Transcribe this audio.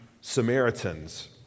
Samaritans